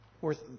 Worth